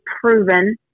proven